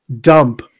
dump